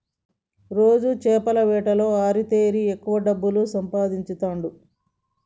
రాజు చేపల వేటలో ఆరితేరి ఎక్కువ డబ్బులు సంపాదించుతాండు